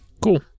cool